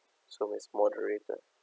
so it's moderated